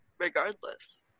Regardless